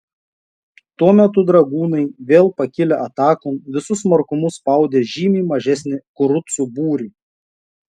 tuo metu dragūnai vėl pakilę atakon visu smarkumu spaudė žymiai mažesnį kurucų būrį